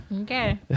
Okay